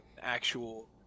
actual